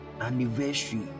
anniversary